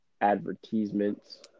advertisements